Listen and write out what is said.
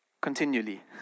Continually